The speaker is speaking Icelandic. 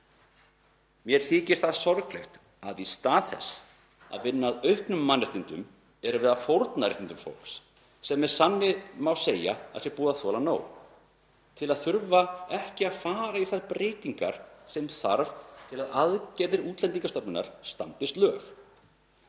Mér þykir sorglegt að í stað þess að vinna að auknum mannréttindum erum við að fórna réttindum fólks, sem með sanni má segja að sé búið að þola nóg, til að þurfa ekki að fara í þær breytingar sem þarf til að aðgerðir Útlendingastofnunar standist lög.